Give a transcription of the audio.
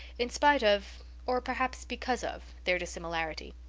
in spite of or perhaps because of their dissimilarity.